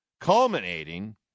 culminating